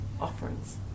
Offerings